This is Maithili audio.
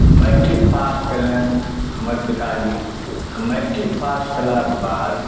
मैट्रिक पास कयलनि हमर पिताजी आ मैट्रिक पास कयलाक बाद